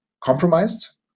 compromised